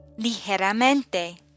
Ligeramente